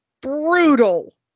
brutal